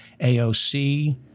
AOC